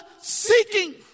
seeking